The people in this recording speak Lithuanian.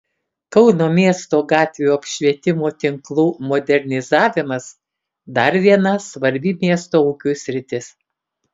kauno miesto gatvių apšvietimo tinklų modernizavimas dar viena svarbi miesto ūkiui sritis